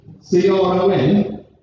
C-R-O-N